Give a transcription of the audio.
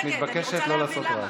אני רוצה להבין למה הצביע נגד הצעת החוק.